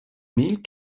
mille